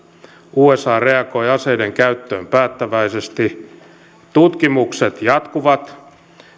usa reagoi aseiden käyttöön päättäväisesti tutkimukset jatkuvat